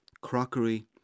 crockery